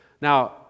Now